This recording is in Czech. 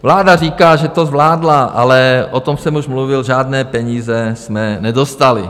Vláda říká, že to zvládla, ale o tom jsem už mluvil, žádné peníze jsme nedostali.